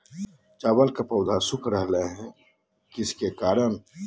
चावल का पौधा सुख रहा है किस कबक के करण?